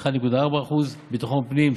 1.4%; ביטחון פנים,